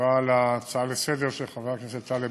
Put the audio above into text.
תשובה על ההצעה לסדר-היום של חבר הכנסת טלב